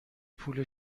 پول